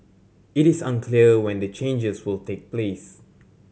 it is unclear when the changes will take place